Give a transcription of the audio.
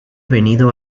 venido